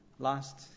Last